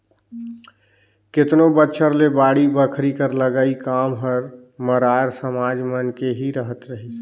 केतनो बछर ले बाड़ी बखरी कर लगई काम हर मरार समाज मन के ही रहत रहिस